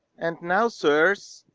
and now, sirs,